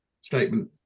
statement